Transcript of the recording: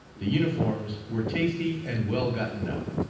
the uniforms were tasty and well gotten up.